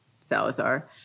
Salazar